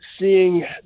seeing